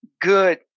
good